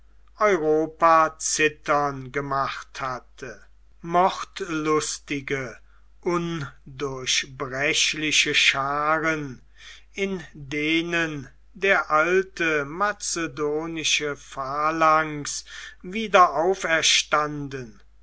europa zittern gemacht hatte mordlustige undurchbrechliche schaaren in denen der alte makedonische phalanx wieder auferstanden